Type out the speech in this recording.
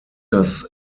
das